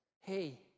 hey